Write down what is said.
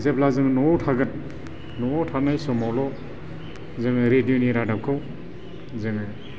जेब्ला जों न'आव थागोन न'आव थानाय समावल' जोङो रेदिय' रादाबखौ जोङो